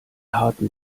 harten